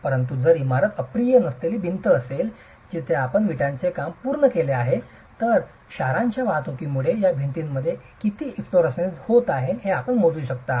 परंतु जर ही इमारत अप्रिय नसलेली भिंत असेल जिथे आपण वीटांचे काम पूर्ण केले आहे तर क्षारांच्या वाहतुकीमुळे या भिंतींमध्ये किती एफलोररेसेन्स होत आहे हे आपण मोजू शकता